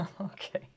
Okay